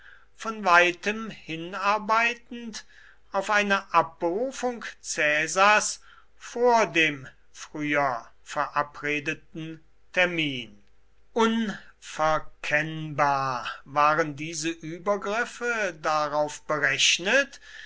von weitem hinarbeitend auf eine abberufung caesars vor dem früher verabredeten termin unverkennbar waren diese übergriffe darauf berechnet